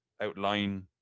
outline